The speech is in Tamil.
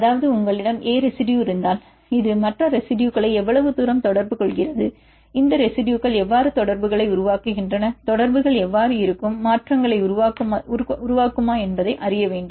அதாவது உங்களிடம் "A" ரெசிடுயு இருந்தால் இது மற்ற ரெசிடுயுகளை எவ்வளவு தூரம் தொடர்பு கொள்கிறது இந்த ரெசிடுயுகள் எவ்வாறு தொடர்புகளை உருவாக்குகின்றன தொடர்புகள் எவ்வாறு இருக்கும் மாற்றங்களை உருவாக்குமா என்பதை அறிய வேண்டும்